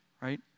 right